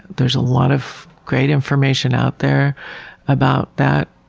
there's a lot of great information out there about that.